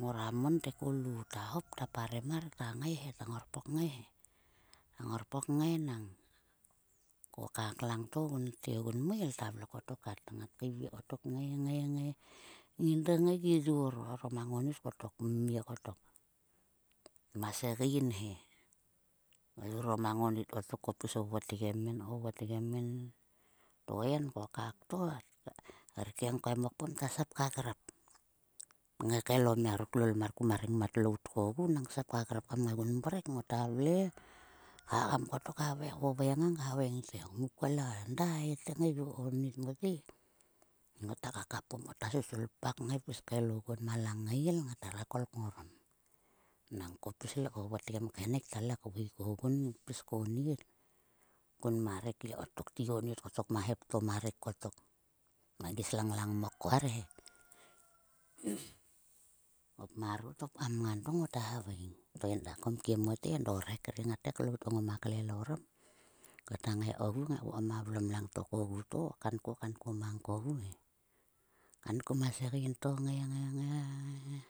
ngora mon te ko lu ta hop ta parem mar ta ngai he. Ta ngor pok ngai nang, ko kak langto ogunte. Ogun meil ta vle kotok kat. He ngat keivie kotok ngai, ngai. Ngin tngai gi yor orom a ngonit kotok mie kotok. Ma segein he ngai yor orom a ngonit kotok ko pis vovotgem min votgem min. To en ko kak to, rkieng ko e mokpom ta sap ka grap. Tngai kael o mia ruk tlol ku ma rengmat lout kogu nang ta sap ka grap kam ngaigun mrek. ngota vle khagam kotok, kvovoi ngang khaveng te, kol enda he tngai onit mote. Ngota kakapom ko ta susulpak kngai pis kael oguo ma langail ngat hera kol kngorom. Nang kole kpis vovotgem kherek ta le kveikogun pis konit. Kun ma rek gi kotok ma hep kotok. Ma rek kotok ma gi slanglang mok ko arhe. hop marot ta hop ka mngan to ngota haveng. To enda a komkie mote, o rhek ngate klout ko ngoma klel orom. Ko ta ngai kogu kngai kvokom a vlom langto kogu to. Kanko kanko mang kogu kanko ma segein to ngai, ngai, ngai.